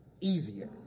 easier